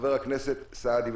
חבר הכנסת סעדי.